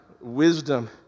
wisdom